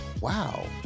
wow